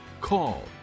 call